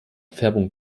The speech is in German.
färbung